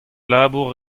labour